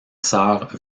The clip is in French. sœur